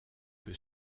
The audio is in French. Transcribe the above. que